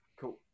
cool